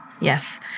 yes